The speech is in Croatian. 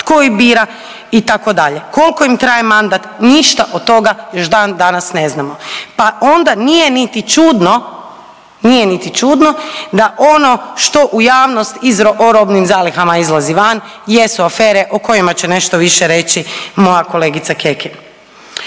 tko ih bira itd., koliko im traje mandat ništa od toga još dan danas ne znamo. Pa onda nije niti čudno, nije niti čudno da ono što u javnost o robnim zalihama izlazi van jesu afere o kojima će nešto više reći moja kolegica Kekin.